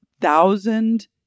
thousand